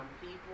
people